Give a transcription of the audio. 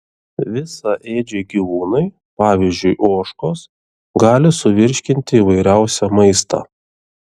visaėdžiai gyvūnai pavyzdžiui ožkos gali suvirškinti įvairiausią maistą